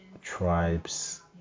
tribes